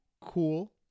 cool